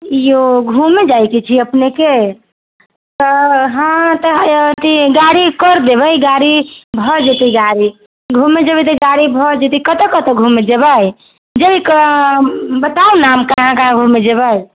यौ घुमै जाइके छै अपनेके तऽ हॅं तऽ हय अथि गाड़ी करि देबै गाड़ी भऽ जेतै गाड़ी घुमै जेबै तऽ गाड़ी भऽ जेतै कतऽ कतऽ घुमै जेबै जोड़ि कऽ बताउ ने हम कहाँ कहाँ घुमे जेबै